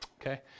Okay